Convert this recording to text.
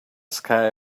sky